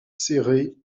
serrées